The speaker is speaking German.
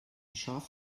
schaf